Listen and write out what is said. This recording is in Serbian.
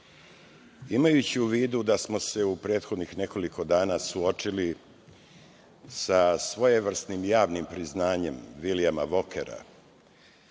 poslova. Imajući u vidu da smo se u prethodnih nekoliko dana suočili sa svojevrsnim javnim priznanjem Vilijama Vokera,